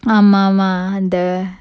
ஆமா ஆமா:aama aama the